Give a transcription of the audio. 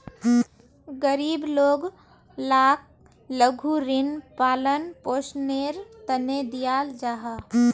गरीब लोग लाक लघु ऋण पालन पोषनेर तने दियाल जाहा